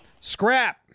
Scrap